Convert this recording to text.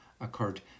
occurred